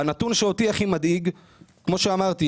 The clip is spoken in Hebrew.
הנתון שהכי מדאיג אותי וכמו שאמרתי,